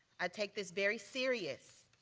i take this very serious.